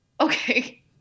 okay